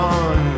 on